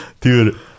Dude